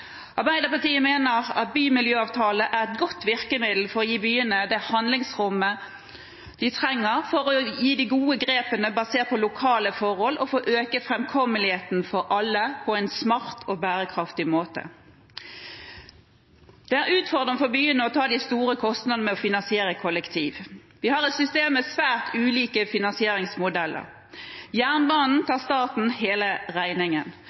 Arbeiderpartiet mener at bymiljøavtaler er et godt virkemiddel for å gi byene det handlingsrommet de trenger for å ta de gode grepene basert på lokale forhold, og for å øke framkommeligheten for alle på en smart og bærekraftig måte. Det er utfordrende for byene å ta de store kostnadene med å finansiere kollektivtrafikken. Vi har et system med svært ulike finansieringsmodeller. Når det gjelder Jernbanen, tar staten hele regningen.